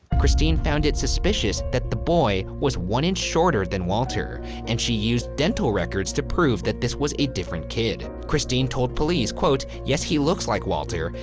christine found it suspicious that the boy was one inch shorter than walter and she used dental records to prove that this was a different kid. christine told police, quote, yes, he looks like walter,